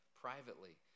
privately